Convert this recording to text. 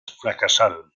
fracasaron